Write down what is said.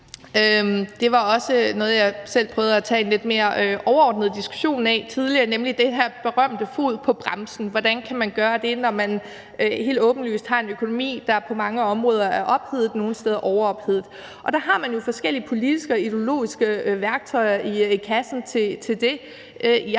Det var også noget af det, jeg selv prøvede at tage en lidt mere overordnet diskussion af tidligere, nemlig den her berømte fod på bremsen. Hvordan kan man gøre det, når man helt åbenlyst har en økonomi, der på mange områder er ophedet, nogle steder overophedet? Der har man jo forskellige politiske og ideologiske værktøjer i kassen til det. Jeg